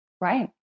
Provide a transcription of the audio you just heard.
Right